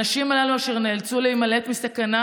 הנשים הללו אשר נאלצו להימלט מסכנה